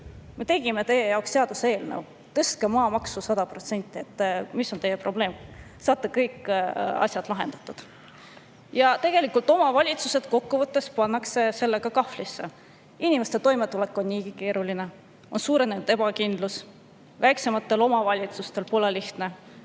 me tegime teie jaoks seaduseelnõu. Tõstke maamaksu 100%! Mis on teie probleem, saate kõik asjad lahendatud!" Tegelikult omavalitsused kokkuvõttes pannakse sellega kahvlisse. Inimeste toimetulek on niigi keeruline, ebakindlus on suurenenud. Väiksematel omavalitsustel pole lihtne.